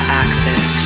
axis